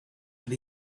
and